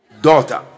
daughter